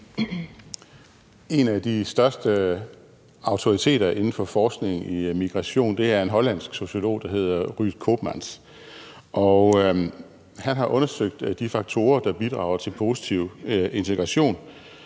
En af de største autoriteter inden for forskning i migration er en hollandsk sociolog, der hedder Ruud Koopmans. Han har undersøgt de faktorer, der bidrager til positiv integration.